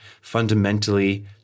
fundamentally